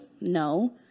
No